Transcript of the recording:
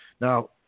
Now